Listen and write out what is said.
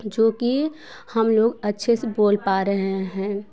जो कि हम लोग अच्छे से बोल पा रहे हैं